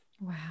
Wow